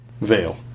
Veil